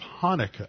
Hanukkah